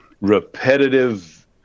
repetitive